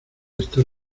estar